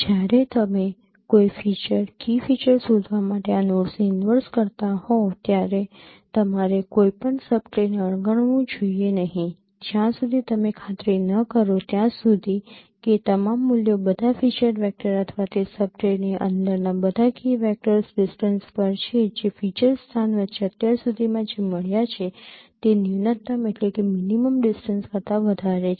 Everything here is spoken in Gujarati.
જ્યારે તમે કોઈ ફીચર કી ફીચર શોધવા માટે આ નોડને ઇનવર્સ કરતા હોવ ત્યારે તમારે કોઈપણ સબ ટ્રી ને અવગણવું જોઈએ નહીં જ્યાં સુધી તમે ખાતરી ન કરો ત્યાં સુધી કે તમામ મૂલ્યો બધા ફીચર વેક્ટર અથવા તે સબ ટ્રીની અંદરના બધા કી વેક્ટર્સ ડિસ્ટન્સ પર છે જે ફીચર સ્થાન વચ્ચે અત્યાર સુધીમાં જે મળ્યાં છે તે ન્યૂનતમ ડિસ્ટન્સ કરતા વધારે છે